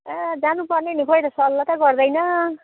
आ जानुपर्ने नि खोइ त सल्लाइ त गर्दैन